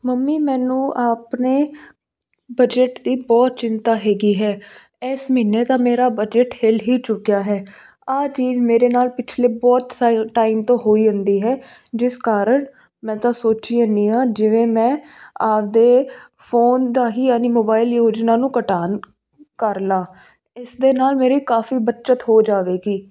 mummy ਮੈਨੂੰ ਆਪਣੇ budget ਦੀ ਬਹੁਤ ਚਿੰਤਾ ਹੈਗੀ ਹੈ ਇਸ ਮਹੀਨੇ ਤਾਂ ਮੇਰਾ ਬਜਟ ਹਿੱਲ ਹੀ ਚੁੱਕਿਆ ਹੈ ਇਹ ਚੀਜ਼ ਮੇਰੇ ਨਾਲ ਪਿਛਲੇ ਬਹੁਤ ਸਾਰੇ ਟਾਈਮ ਤੋਂ ਹੋਈ ਜਾਂਦੀ ਹੈ ਜਿਸ ਕਾਰਨ ਮੈਂ ਤਾਂ ਸੋਚੀ ਜਾਂਦੀ ਹਾਂ ਜਿਵੇਂ ਮੈਂ ਆਪਣੇ ਫੋਨ ਦਾ ਹੀ ਯਾਨੀ ਮੋਬਾਈਲ ਯੋਜਨਾ ਨੂੰ ਘਟਾ ਕਰ ਲਾਂ ਇਸ ਦੇ ਨਾਲ ਮੇਰੀ ਕਾਫ਼ੀ ਬੱਚਤ ਹੋ ਜਾਵੇਗੀ